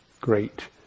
great